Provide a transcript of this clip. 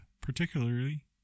particularly